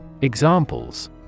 Examples